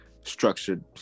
structured